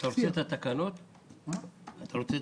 אתה רוצה שהתקנות יעברו?